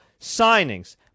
signings